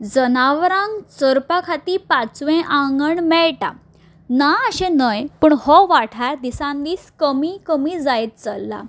जनावरांक चरपा खातीर पांचवे आंगण मेळटा ना अशें न्हय पूण हो वाठार दिसान दीस कमी कमी जायत चल्ला